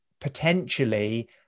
potentially